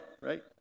right